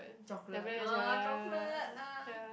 chocolate ah chocolate uh